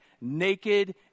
naked